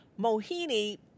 Mohini